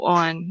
on